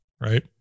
right